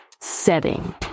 setting